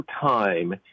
time